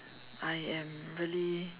I am really